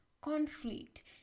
conflict